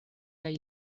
kaj